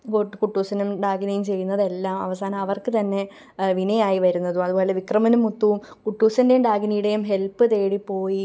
got കുട്ടൂസനും ഡാകിനിയും ചെയ്യുന്നതെല്ലാം അവസാനം അവര്ക്ക് തന്നെ വിനയായി വരുന്നതും അതുപോലെ വിക്രമനും മുത്തുവും കുട്ടൂസൻ്റെയും ഡാകിനിയുടെയും ഹെല്പ്പ് തേടിപ്പോയി